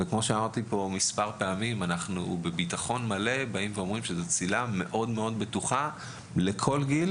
לכן בביטחון מלא אנחנו אומרים שזו צלילה מאוד מאוד בטוחה לכל גיל.